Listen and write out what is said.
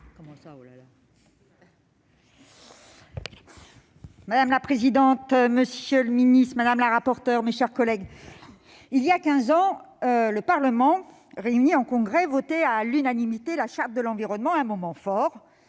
Madame la présidente, monsieur le ministre, mes chers collègues, il y a quinze ans, le Parlement réuni en Congrès votait à l'unanimité la Charte de l'environnement, un moment fort